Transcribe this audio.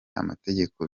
amategeko